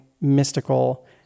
mystical